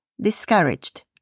discouraged